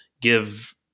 give